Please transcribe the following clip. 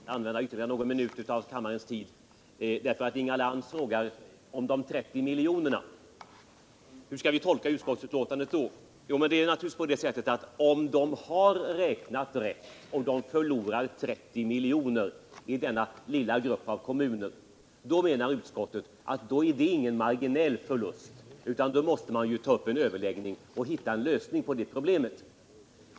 Herr talman! Jag är ledsen att jag tvingas använda ytterligare någon minut av kammarens tid. Inga Lantz frågar om de 30 miljonerna: Hur skall utskottsbetänkandet tolkas då? Jo, om kommunerna har räknat rätt och förlorar 30 miljoner i denna lilla grupp av kommuner. så menar utskottet att det inte är någon marginell förlust. utan då måste man ta upp en överläggning och hitta en lösning på problemet.